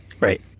Right